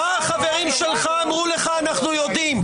מה שאמרו לך החברים שלך, אנחנו יודעים.